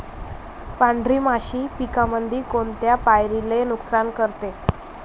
पांढरी माशी पिकामंदी कोनत्या पायरीले नुकसान करते?